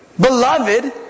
beloved